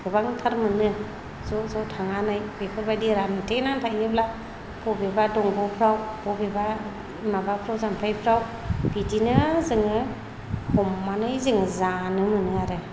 गोबांथार मोनो ज'ज' थांनानै बेफोरबायदि रानथेनानै थायोब्ला बबेबा दंग'फ्राव बबेबा माबाफ्राव जामफैफ्राव बिदिनो जोङो हमानै जोङो जानो मोनो आरो